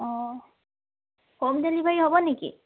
অঁ home delivery হ'ব নেকি